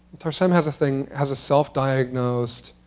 tarsem has a thing, has a self-diagnosed